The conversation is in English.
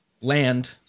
land